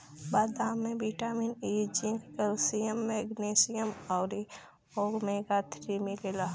बदाम में vitamin E, zinc, calcium, magnesium अउरी ओमेगा थ्री मिलेला